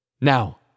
Now